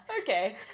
okay